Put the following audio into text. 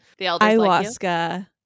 ayahuasca